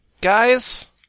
guys